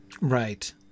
Right